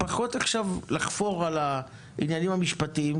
פחות לחפור עכשיו על העניינים המשפטיים,